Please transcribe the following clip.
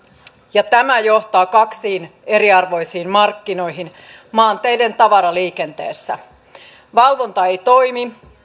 ja tämä johtaa kaksiin eriarvoisiin markkinoihin maanteiden tavaraliikenteessä valvonta ei toimi